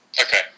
Okay